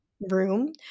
room